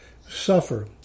suffer